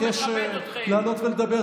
הבטחתם לציבור אופוזיציה לוחמנית,